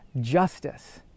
justice